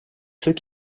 ceux